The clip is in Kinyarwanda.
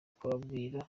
twababwira